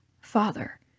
Father